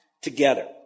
together